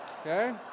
Okay